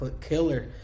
killer